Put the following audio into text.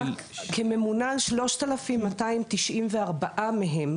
כממונה על 3,294 מהם